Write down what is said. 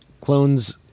clones